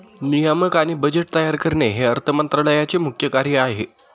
नियामक आणि बजेट तयार करणे हे अर्थ मंत्रालयाचे मुख्य कार्य आहे